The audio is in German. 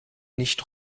nicht